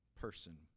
person